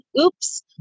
Oops